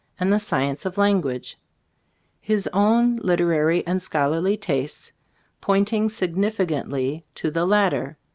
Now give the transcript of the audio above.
and the science of language his own literary and scholarly tastes pointing significantly to the latter.